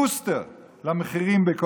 בוסטר, למחירים.